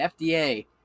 FDA